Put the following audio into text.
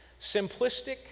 simplistic